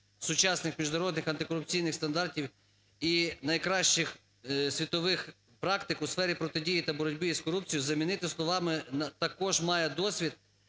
сучасних міжнародних антикорупційних стандартів і найкращих світових практик у сфері протидії та боротьби з корупцією" замінити словами "а також має досвід